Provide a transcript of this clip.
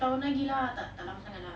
tahun lagi lah tak tak lama sangat lah